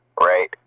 right